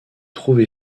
trouvé